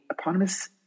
eponymous